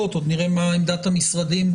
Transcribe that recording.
העומס הוא גדול, המשימות שלכם הן רבות.